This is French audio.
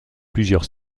plusieurs